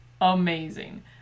amazing